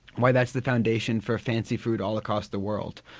why that's the foundation for fancy food all across the world.